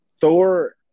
Thor